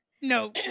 No